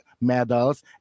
medals